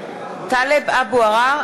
(קוראת בשמות חברי הכנסת) טלב אבו עראר,